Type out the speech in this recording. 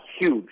huge